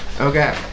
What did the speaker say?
Okay